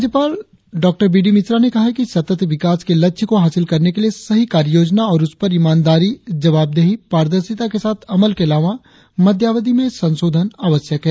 राज्यपाल B D Mishra ने कहा है कि सतत विकास के लक्ष्य को हासिल करने के लिए सही कार्य योजना और उस पर ईमानदारी जबाबदेही पारदर्शिता के साथ अमल के अलावा मध्यावधि में संशोधन आवश्यक है